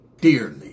dearly